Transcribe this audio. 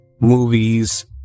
movies